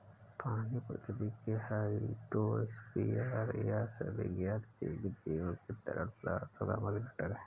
पानी पृथ्वी के हाइड्रोस्फीयर और सभी ज्ञात जीवित जीवों के तरल पदार्थों का मुख्य घटक है